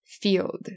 field